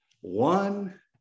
One